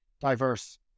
diverse